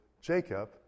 Jacob